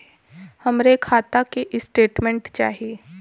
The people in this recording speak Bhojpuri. हमरे खाता के स्टेटमेंट चाही?